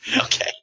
Okay